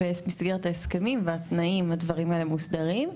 במסגרת ההסכמים והתנאים הדברים האלה מוסדרים.